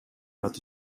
аты